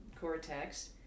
cortex